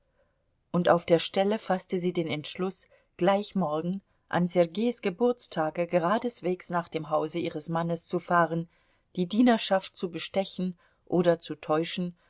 und auf der stelle faßte sie den entschluß gleich morgen an sergeis geburtstage geradeswegs nach dem hause ihres mannes zu fahren die dienerschaft zu bestechen oder zu täuschen